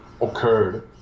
occurred